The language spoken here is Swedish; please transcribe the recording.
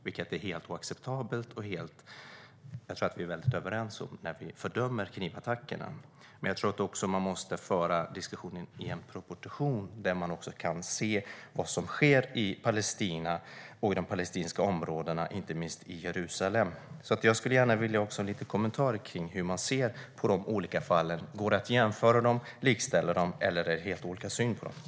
Det är helt oacceptabelt. Jag tror att vi är överens om att fördöma knivattackerna. Men i diskussionen måste vi ställa det i proportion till vad som sker i Palestina, i de palestinska områdena, inte minst i Jerusalem. Jag vill gärna få en kommentar på hur man ser på de olika fallen. Går det att jämföra dem eller likställa dem? Eller har man helt olika syn på dem?